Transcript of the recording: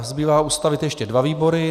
Zbývá ustavit ještě dva výbory.